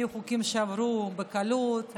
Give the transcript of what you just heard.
היו חוקים שעברו בקלות,